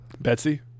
Betsy